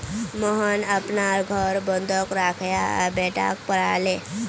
मोहन अपनार घर बंधक राखे बेटाक पढ़ाले